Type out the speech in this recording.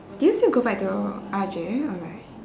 do you still go back to R_J or like